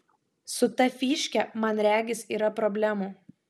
su ta fyške man regis yra problemų